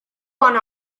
one